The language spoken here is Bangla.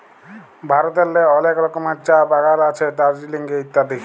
ভারতেল্লে অলেক রকমের চাঁ বাগাল আছে দার্জিলিংয়ে ইত্যাদি